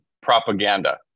propaganda